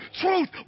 Truth